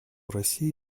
россии